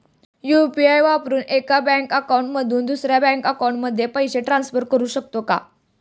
UPI वापरून एका bank account मधून दुसऱ्या बँक अकाउंटमध्ये पैसे ट्रान्सफर करू शकतो का?